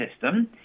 system